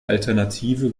alternative